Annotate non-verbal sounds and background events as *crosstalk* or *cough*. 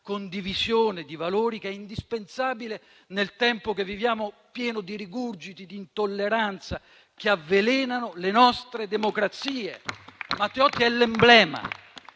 condivisione di valori che è indispensabile nel tempo che viviamo, pieno di rigurgiti di intolleranza che avvelenano le nostre democrazie. *applause* Matteotti è l'emblema